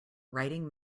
writing